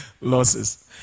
losses